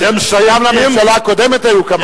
גם בממשלה הקודמת היו כמה סגנים.